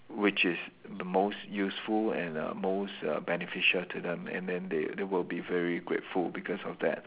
which is the most useful and err most err beneficial to them and then they they will be very grateful because of that